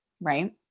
right